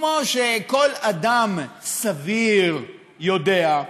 כמו שכל אדם סביר יודע,